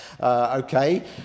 Okay